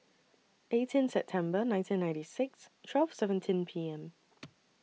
eighteen September nineteen ninety six twelve seventeen P M